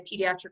pediatric